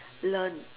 learn